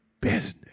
business